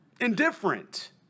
Indifferent